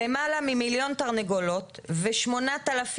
מעט מהתרנגולות הושמדו על ידי חשמול,